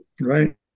Right